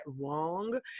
wrong